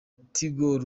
tigo